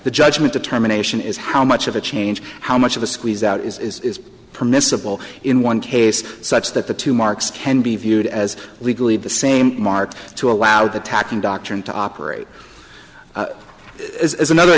the judgement determination is how much of a change how much of a squeeze out is permissible in one case such that the two marks can be viewed as legally the same mark to allow the tacking doctrine to operate is another